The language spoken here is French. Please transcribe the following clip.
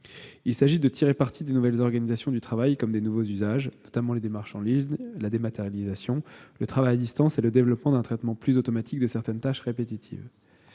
Il s'agit de tirer parti des nouvelles organisations du travail comme des nouveaux usages, notamment les démarches en ligne, la dématérialisation, le travail à distance et le développement d'un traitement plus automatique de certaines tâches répétitives,